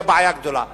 תהיה בעיה גדולה אתם.